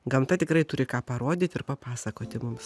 gamta tikrai turi ką parodyt ir papasakoti mums